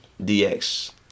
DX